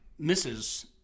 Mrs